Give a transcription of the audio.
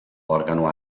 organo